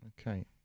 okay